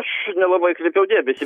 aš nelabai kreipiau dėmesį